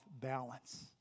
balance